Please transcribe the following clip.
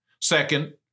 Second